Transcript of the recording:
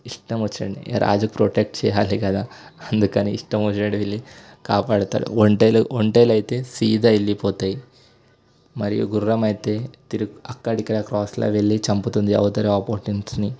ఇష్టం వచ్చినన్ని రాజు ప్రొటెక్ట్ చేయాలి కదా అందుకని ఇష్టం వచ్చినట్టు వెళ్ళి కాపాడుతాడు ఒంటెలు ఒంటెలు అయితే సీదా వెళ్ళిపోతాయి మరియు గుర్రం అయితే తిరు అక్కడికి క్రాస్లాగా వెళ్ళి చంపుతుంది అవతలి ఆపోనెంట్స్ని